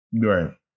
Right